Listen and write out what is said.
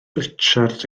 richard